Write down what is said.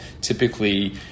Typically